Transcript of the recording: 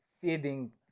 feeding